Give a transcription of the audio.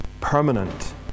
permanent